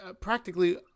practically